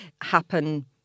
happen